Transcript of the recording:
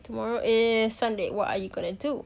tomorrow is sunday what are you gonna do